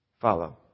follow